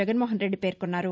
జగన్మోహన్రెడ్డి పేర్కొన్నారు